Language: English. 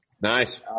Nice